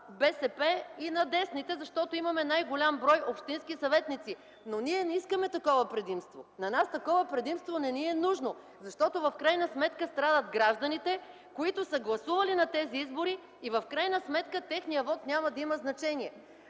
БСП и на десните, защото имаме най-голям брой общински съветници, но ние не искаме такова предимство! На нас такова предимство не ни е нужно, защото в крайна сметка страдат гражданите, които са гласували на тези избори. В крайна сметка техният вот няма да има значение.